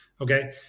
okay